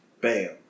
bam